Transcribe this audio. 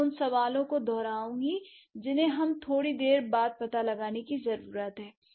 मैं उन सवालों को दोहरआऊंगी जिन्हें हमें थोड़ी देर बाद पता लगाने की जरूरत है